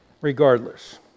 regardless